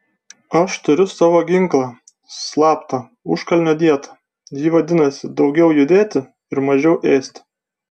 aš turiu savo ginklą slaptą užkalnio dietą ji vadinasi daugiau judėti ir mažiau ėsti